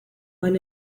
van